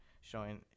showing